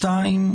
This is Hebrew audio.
דבר שני.